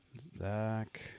zach